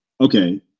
okay